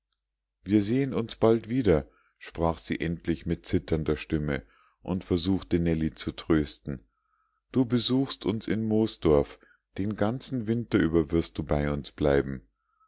wir sehen uns bald wieder sprach sie endlich mit zitternder stimme und versuchte nellie zu trösten du besuchst uns in moosdorf den ganzen winter über wirst du bei uns bleiben